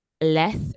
less